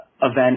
event